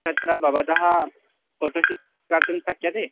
तत्र भवतः photo shoot कर्तुं शक्यते